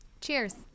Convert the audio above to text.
Cheers